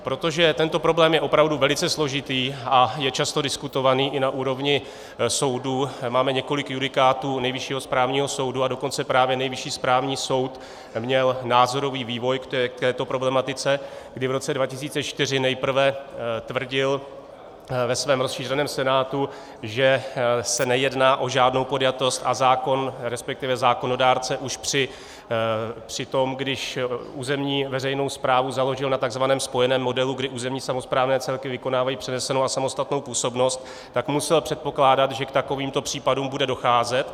Protože tento problém je opravdu velice složitý a je často diskutovaný i na úrovni soudů máme několik judikátů Nejvyššího správního soudu, a dokonce právě Nejvyšší správní soud měl názorový vývoj k této problematice, kdy v roce 2004 nejprve tvrdil ve svém rozšířeném senátu, že se nejedná o žádnou podjatost a zákon, resp. zákonodárce už při tom, když územní veřejnou správu založil na tzv. spojeném modelu, kdy územní samosprávné celky vykonávají přenesenou a samostatnou působnost, tak musel předpokládat, že k takovýmto případům bude docházet.